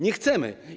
Nie chcemy.